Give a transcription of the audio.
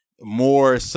more